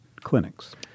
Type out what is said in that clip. clinics